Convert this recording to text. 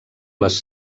les